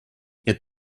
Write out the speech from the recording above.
yet